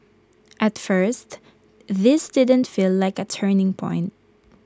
at first this didn't feel like A turning point